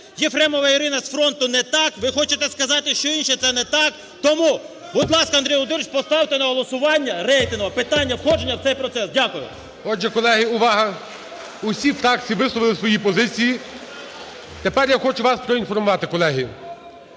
Єфремова Ірина з "фронту" – не так? Ви хочете сказати, що інше – це не так? Тому, будь ласка, Андрій Володимирович, поставте на голосування рейтингове питання входження в цей процес. Дякую. ГОЛОВУЮЧИЙ. Отже, колеги, увага. Усі фракції висловили свої позиції. Тепер я хочу вас проінформувати, колеги.